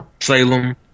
Salem